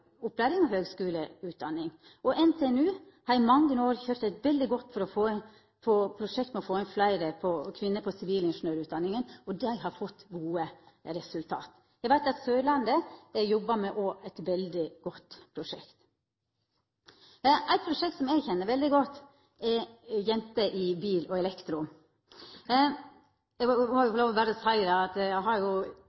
opplæring og høgskuleutdanning. NTNU har i mange år køyrt eit veldig godt prosjekt for å få inn fleire kvinner på sivilingeniørutdanninga – og dei har fått til gode resultat. Eg veit òg at på Sørlandet har ein jobba med eit veldig godt prosjekt. Eit prosjekt som eg kjenner veldig godt, er prosjektet «Jenter i bil og elektro». Eg må berre seia at eg